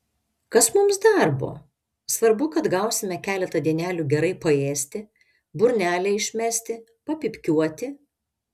kas mums darbo svarbu kad gausime keletą dienelių gerai paėsti burnelę išmesti papypkiuoti